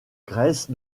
grèce